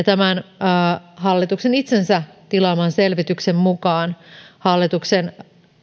tämän hallituksen itsensä tilaaman selvityksen mukaan hallituksen